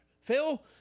Phil